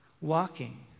Walking